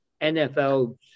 NFL